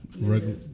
regular